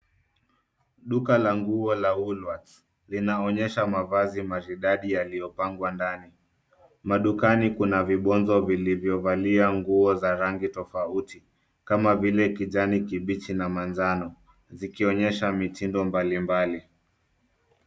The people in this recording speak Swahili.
Duka la nguo la Woolworths. Linaonyesha mavazi maridadi yaliyopangwa ndani. Madukani kuna vibonzo vilivyovalia nguo za rangi tofauti kama vile kijani kibichi na manjano zikionyesha mitindo mbalimbali.